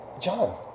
John